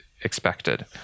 expected